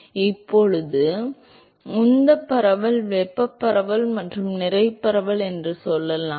இப்போது உந்தப் பரவல் வெப்பப் பரவல் மற்றும் நிறை பரவல் என்று சொல்லலாமா